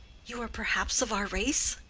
you are perhaps of our race?